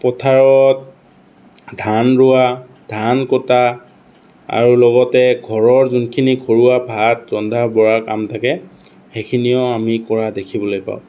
পথাৰত ধান ৰোৱা ধান কটা আৰু লগতে ঘৰৰ যোনখিনি ঘৰুৱা ভাত ৰন্ধা বঢ়া কাম থাকে সেইখিনিও আমি কৰা দেখিবলৈ পাওঁ